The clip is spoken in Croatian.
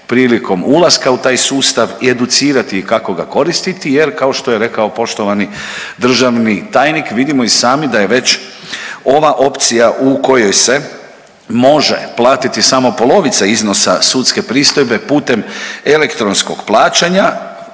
prilikom ulaska u taj sustav i educirati ih kako ga koristiti jer kao što je rekao poštovani državni tajnik vidimo i sami da je već ova opcija u kojoj se može platiti samo polovica iznosa sudske pristojbe putem elektronskog plaćanja